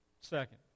Second